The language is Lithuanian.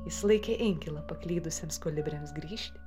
jis laikė inkilą paklydusiems kolibriams grįžti